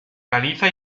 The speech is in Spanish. caliza